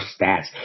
stats